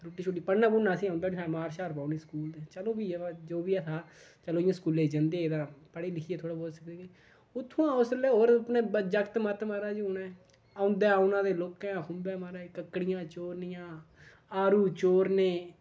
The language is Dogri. रुट्टी शुट्टी पढ़ना पूढ़ना असेंगी औंदा नेईं हा मार शार पौनी स्कूल ते चलो फ्ही एह् जो बी ऐ हा चलो स्कूलै गी जंदे तां पढ़ी लिखियै थोड़ा बहुत उत्थुआं उसलै होर अपने जागत मत्त मारै दे औंदा औना ते लोकें खुंभै म्हाराज कक्कड़ियें चोरनियां आड़ू चोरने